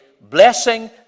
blessing